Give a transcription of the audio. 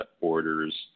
orders